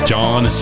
John